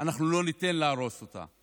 אנחנו לא ניתן להרוס אותה.